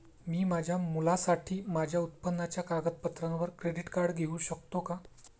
मी माझ्या मुलासाठी माझ्या उत्पन्नाच्या कागदपत्रांवर क्रेडिट कार्ड घेऊ शकतो का?